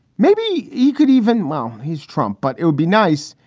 maybe you could even mow he's trump, but it would be nice.